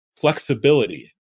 Flexibility